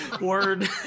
word